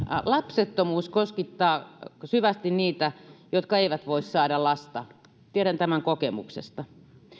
lapsettomuus koskettaa syvästi niitä jotka eivät voi saada lasta tiedän tämän kokemuksesta